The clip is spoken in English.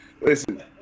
Listen